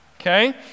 okay